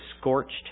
scorched